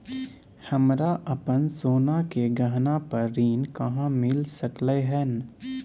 हमरा अपन सोना के गहना पर ऋण कहाॅं मिल सकलय हन?